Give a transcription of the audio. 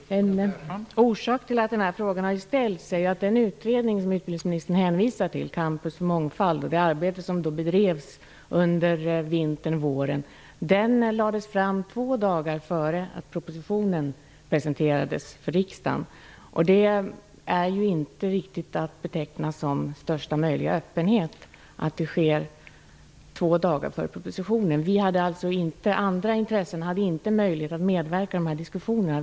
Fru talman! Orsaken till att frågan har ställts är ju att den utredning som utbildningsministern hänvisar till, Campus för mångfald, och det arbete som bedrevs under vintern och våren lades fram två dagar innan propositionen presenterades för riksdagen. Att det skedde två dagar innan propositionen presenterades är inte riktigt att beteckna som största möjliga öppenhet. Andra intressen hade alltså inte möjlighet att medverka i diskussionerna.